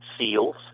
Seals